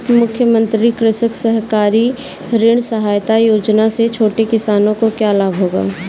मुख्यमंत्री कृषक सहकारी ऋण सहायता योजना से छोटे किसानों को क्या लाभ होगा?